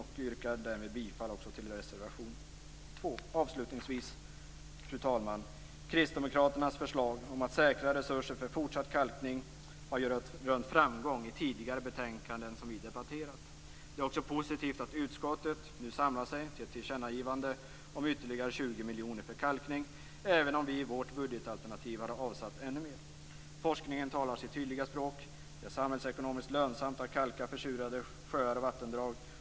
Jag yrkar därmed också bifall till reservation Fru talman! Kristdemokraternas förslag om att säkra resurser för fortsatt kalkning har ju rönt framgång i tidigare betänkanden som vi debatterat. Det är också positivt att utskottet nu samlat sig till ett tillkännagivande om ytterligare 20 miljoner för kalkning, även om vi i vårt budgetalternativ har avsatt ännu mer. Forskningen talar sitt tydliga språk: det är samhällsekonomiskt lönsamt att kalka försurade sjöar och vattendrag.